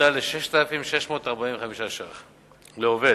הועלתה ל-6,645 שקלים לעובד.